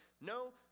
no